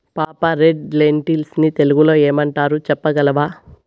పాపా, red lentils ని తెలుగులో ఏమంటారు చెప్పగలవా